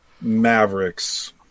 Mavericks